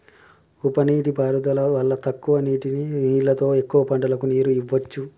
ఉప నీటి పారుదల వల్ల తక్కువ నీళ్లతో ఎక్కువ పంటలకు నీరు ఇవ్వొచ్చు